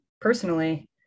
personally